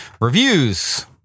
Reviews